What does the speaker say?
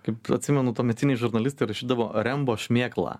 kaip atsimenu tuometiniai žurnalistai rašydavo rembo šmėkla